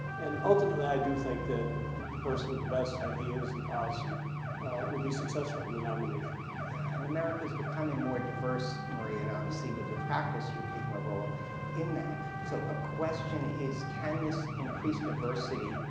and ultimately, i do think that the person with the best ideas and policy will be successful in the nomination. and america is becoming more diverse, maria, and obviously with your practice, your taking a role in that. so, a question is, can this increase diversity,